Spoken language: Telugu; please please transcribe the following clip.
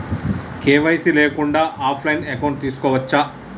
కే.వై.సీ లేకుండా కూడా ఆఫ్ లైన్ అకౌంట్ తీసుకోవచ్చా?